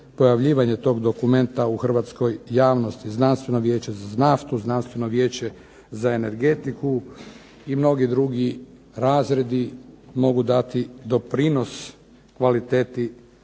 pojavljivanje toga dokumenta u hrvatskoj javnosti. Znanstveno vijeće za naftu, Znanstveno vijeće za energetiku i mnogi drugi razredi mogu dati doprinos kvaliteti